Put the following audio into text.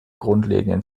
grundlegenden